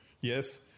Yes